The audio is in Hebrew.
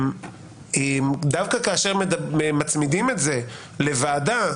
דווקא כאשר מצמידים את זה לוועדה,